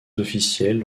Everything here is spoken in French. officiels